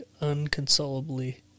unconsolably